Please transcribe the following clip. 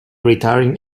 retiring